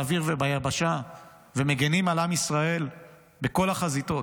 באוויר וביבשה ומגינים על עם ישראל בכל החזיתות.